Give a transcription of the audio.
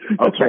Okay